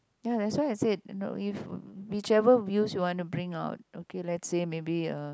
ya that's why I said no if whichever views you want to bring out okay let's say maybe uh